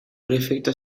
prefecto